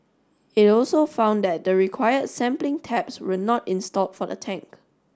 it also found that the required sampling taps were not installed for the tank